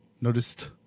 noticed